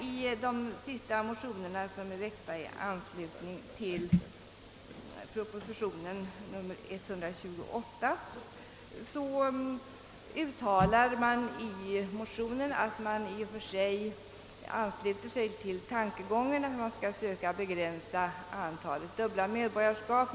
I de sistnämnda motionerna, som väcktes i anslutning till propositionen nr 128, uttalar man att man i och för sig ansluter sig till tankegången att söka begränsa antalet dubbla medborgarskap.